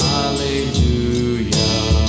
Hallelujah